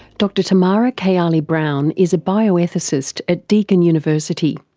dr tamara kayali browne is a bioethicist at deakin university.